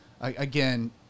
again